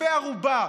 כספי ערובה,